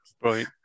Right